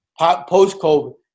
Post-COVID